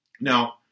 Now